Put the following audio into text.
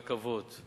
רכבות,